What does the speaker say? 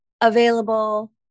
available